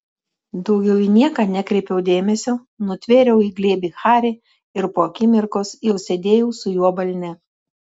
daugiau į nieką nekreipiau dėmesio nutvėriau į glėbį harį ir po akimirkos jau sėdėjau su juo balne